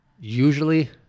usually